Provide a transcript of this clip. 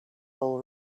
all